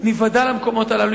ונתוודע למקומות הללו,